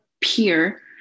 peer